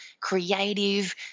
creative